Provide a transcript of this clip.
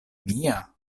mia